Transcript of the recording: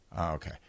okay